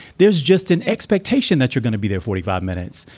there's just an expectation that you're going to be there forty five minutes,